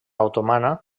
otomana